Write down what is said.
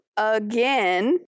again